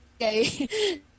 Okay